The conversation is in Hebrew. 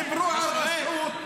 דיברו על רשעות.